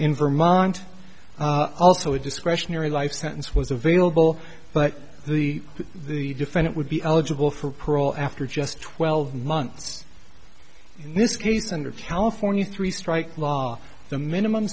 in vermont also a discretionary life sentence was available but the the defendant would be eligible for parole after just twelve months in this case under california three strike law the minimum